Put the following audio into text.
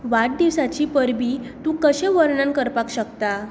वाडदिवसाचीं परबीं तूं कशें वर्णन करपाक शकता